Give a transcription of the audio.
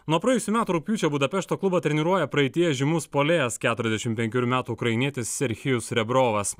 nuo praėjusių metų rugpjūčio budapešto klubą treniruoja praeityje žymus puolėjas keturiasdešim penkerių metų ukrainietis serchijus rebrovas